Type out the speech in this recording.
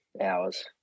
hours